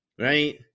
Right